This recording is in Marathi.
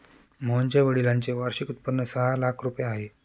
मोहनच्या वडिलांचे वार्षिक उत्पन्न सहा लाख रुपये आहे